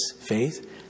faith